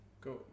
go